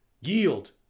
Yield